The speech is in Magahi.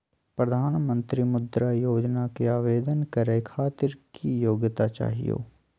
प्रधानमंत्री मुद्रा योजना के आवेदन करै खातिर की योग्यता चाहियो?